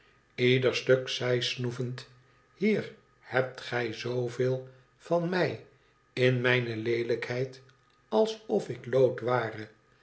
ieder stuk zei snoevend hier hebt gij zooveel van mij in mijne leelijkheid alsof ik lood ware